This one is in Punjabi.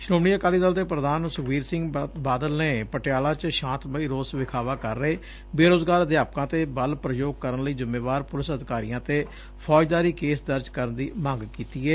ਸ੍ਰੋਮਣੀ ਅਕਾਲੀ ਦਲ ਦੇ ਪ੍ਰਧਾਨ ਸੁਖਬੀਰ ਸਿੰਘ ਬਾਦਲੇ ਨੇ ਪਟਿਆਲਾ 'ਚ ਸ਼ਾਂਤਮਈ ਰੋਸ ਵਿਖਾਵਾ ਕਰ ਰਹੇ ਬੇਰੋਜਗਾਰ ਅਧਿਆਪਕਾਂ ਤੇ ਬਲ ਪੁਯੋਗ ਕਰਨ ਲਈ ਜਿੰਮੇਵਾਰ ਪੁਲਿਸ ਅਧਿਕਾਰੀਆਂ ਤੇ ਫੌਜਦਾਰੀ ਕੇਸ ਦਰਜ ਕਰਨ ਦੀ ਮੰਗ ਕੀਤੀ ਏ